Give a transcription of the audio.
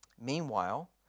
Meanwhile